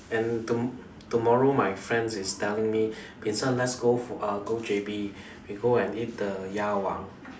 and to~ tomorrow my friends is telling me Vincent let's go fo~ uh go J_B we go and eat the 鸭王